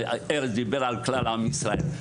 ארז דיבר על כלל עם ישראל,